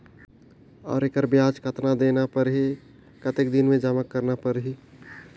और एकर ब्याज कतना देना परही कतेक दिन मे जमा करना परही??